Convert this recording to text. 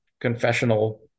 confessional